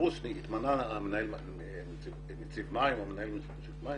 - שהתמנה נציב מים או מנהל רשות המים